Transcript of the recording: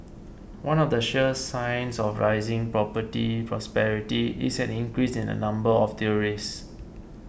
one of the sure signs of rising property prosperity is an increase in the number of tourists